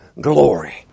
glory